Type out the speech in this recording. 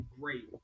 great